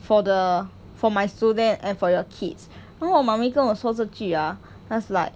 for the for my student eh for your kids 然后我 mummy 跟我说这句 ah it's like